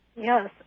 Yes